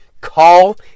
Call